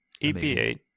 epa